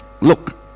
Look